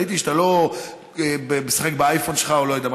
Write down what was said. ראיתי שאתה לא משחק באייפון שלך או לא יודע מה,